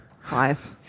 Five